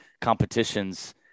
competitions